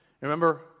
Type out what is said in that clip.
remember